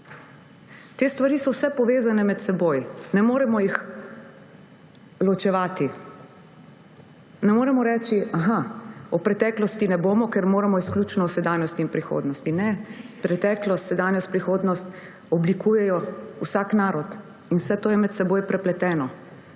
Te stvari so vse povezane med seboj. Ne moremo jih ločevati. Ne moremo reči, aha, o preteklosti ne bomo, ker moramo izključno o sedanjosti in prihodnosti. Ne, preteklost, sedanjost, prihodnost oblikujejo vsak narod in vse to je med seboj prepleteno.